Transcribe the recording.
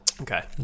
Okay